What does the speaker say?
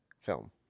film